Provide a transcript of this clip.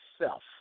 self